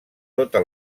tota